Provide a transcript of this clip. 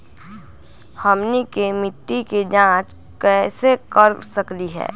हमनी के मिट्टी के जाँच कैसे कर सकीले है?